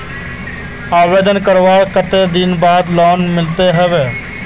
आवेदन करवार कते दिन बाद लोन मिलोहो होबे?